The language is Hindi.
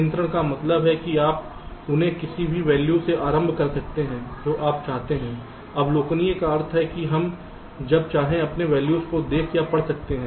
नियंत्रण का मतलब है कि आप उन्हें किसी भी वैल्यू में आरंभ कर सकते हैं जो आप चाहते हैं अवलोकनीय का अर्थ है कि हम जब चाहें अपने वैल्यूज को देख या पढ़ सकते हैं